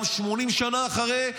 גם 80 שנה אחרי,